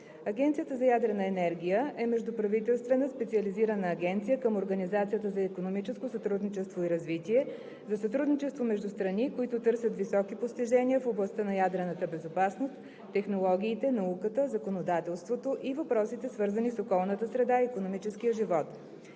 Агенцията за ядрена енергия (АЯЕ) е междуправителствена специализирана агенция към Организацията за икономическо сътрудничество и развитие (ОИСР) за сътрудничество между страни, които търсят високи постижения в областта на ядрената безопасност, технологиите, науката, законодателството и въпросите, свързани с околната среда и икономическия живот.